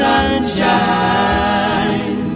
sunshine